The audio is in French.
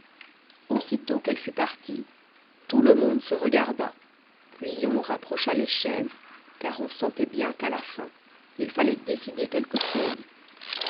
aussitôt qu'elle fut partie tout le monde se regarda puis on rapprocha les chaises car on sentait bien qu'à la fin il fallait décider quelque chose